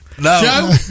No